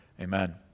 amen